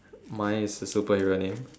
mine is a superhero name